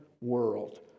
world